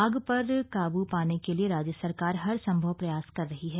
आग पर काबू पाने के लिए राज्य सरकार हर संभव प्रयास कर रही है